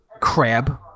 crab